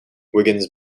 wiggins